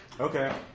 Okay